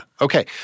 Okay